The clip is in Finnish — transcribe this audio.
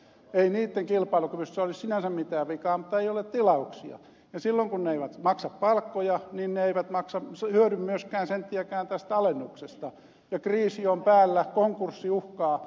ei niitten kilpailukyvyssä ole sinänsä mitään vikaa mutta ei ole tilauksia ja silloin kun ne eivät maksa palkkoja ne eivät hyödy myöskään senttiäkään tästä alennuksesta ja kriisi on päällä konkurssi uhkaa